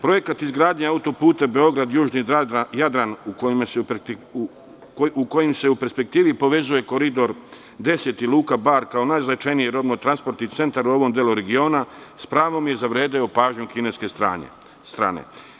Projekat izgradnje autoputa Beograd-Južni Jadran, kojim se u perspektivipovezuje Koridor 10 i Luka Bar kao najznačajniji robno-transportni centar u ovom delu regiona, s pravom je zavredeo pažnju kineske strane.